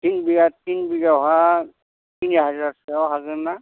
थिन बिगायावहाय थिन हाजारसोआव हागोनना